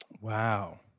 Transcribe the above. Wow